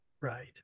Right